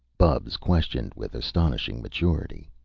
bubs questioned with astonishing maturity.